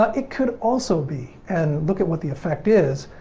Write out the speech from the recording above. but it could also be, and look at what the effect is,